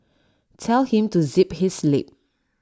tell him to zip his lip